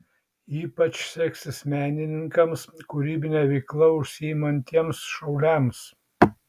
ypač seksis menininkams kūrybine veikla užsiimantiems šauliams